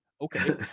okay